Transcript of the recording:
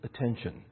attention